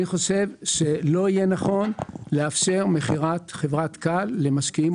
אני חושב שלא יהיה נכון לאפשר מכירת חברת כאל למשקיעים מוסדיים.